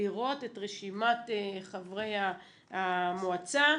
לראות את רשימת חברי המועצה,